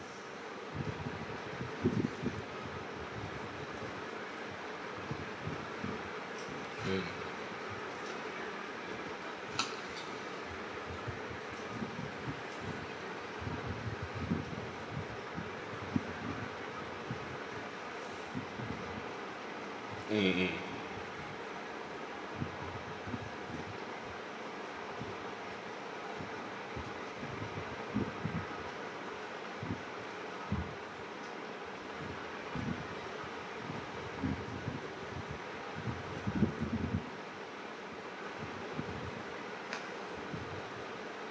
mm mm mmhmm